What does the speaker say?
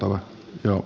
arvoisa puhemies